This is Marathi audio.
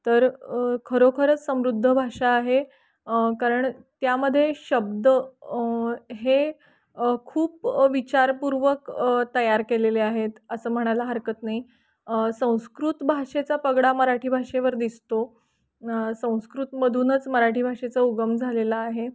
तर खरोखरच समृद्ध भाषा आहे कारण त्यामध्ये शब्द हे खूप विचारपूर्वक तयार केलेले आहेत असं म्हणायला हरकत नाही संस्कृत भाषेचा पगडा मराठी भाषेवर दिसतो संस्कृतमधूनच मराठी भाषेचा उगम झालेला आहे